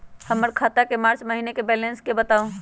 हमर खाता के मार्च महीने के बैलेंस के बताऊ?